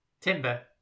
Timber